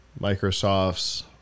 Microsoft's